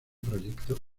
proyecto